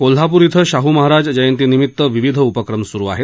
कोल्हापूर इथं शाहू महाराज जयंतीनिमित्त विविध उपक्रम सुरू आहेत